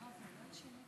אדוני סגן שר האוצר,